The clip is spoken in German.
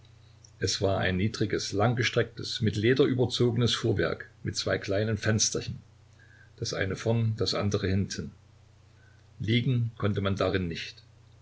es war ein niedriges langgestrecktes mit leder überzogenes fuhrwerk mit zwei kleinen fensterchen das eine vorn das andere hinten liegen konnte man darin nicht